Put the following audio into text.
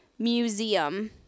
Museum